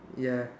ya